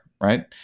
right